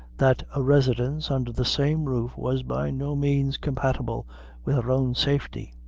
that a residence under the same roof was by no means compatible with her own safety.